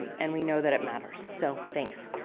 and we know that it matters. so, thanks.